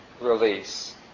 release